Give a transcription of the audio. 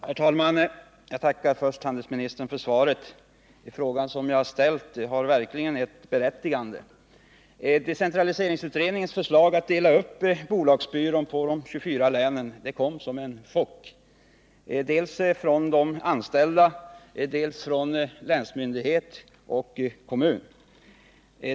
Herr talman! Först vill jag tacka handelsministern för svaret. Den fråga jag har ställt har verkligen ett berättigande. Decentraliseringsutredningens förslag att dela upp bolagsbyrån på de 24 länen kom som en chock dels för de anställda, dels för länsmyndighet och kommun.